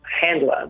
handler